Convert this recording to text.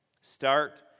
Start